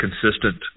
consistent